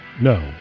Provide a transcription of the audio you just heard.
No